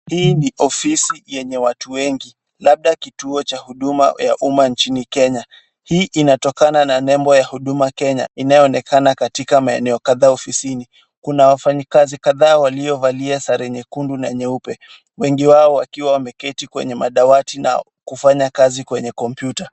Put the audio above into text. Hii ni ofisi yenye watu wengi labda kituo cha huduma ya uma nchini Kenya. Hii inatokana na nembo ya Huduma Kenya inayoonekana katika maeneo kadha ofisini. Kuna wafanyikazi kadhaa waliovalia sare nyekundu na nyeupe. Wengi wao wakiwa wameketi kwenye madawati na kufanya kazi kwenye kompyuta.